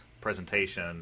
presentation